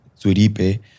Zuripe